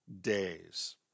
days